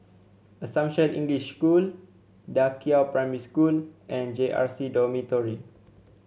Assumption English School Da Qiao Primary School and J R C Dormitory